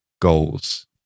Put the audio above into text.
goals